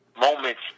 moments